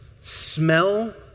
smell